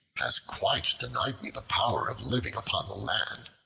has quite denied me the power of living upon the land.